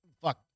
Fuck